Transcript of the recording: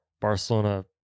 Barcelona